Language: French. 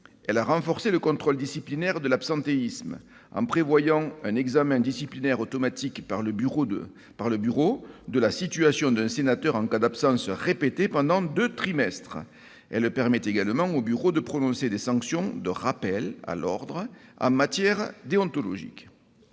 elle a renforcé le contrôle disciplinaire de l'absentéisme, en prévoyant un examen disciplinaire automatique par le bureau de la situation d'un sénateur en cas d'absences répétées pendant deux trimestres. Elle permet également au bureau de prononcer des sanctions de rappel à l'ordre en matière déontologique.